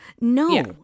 No